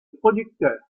producteur